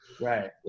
Right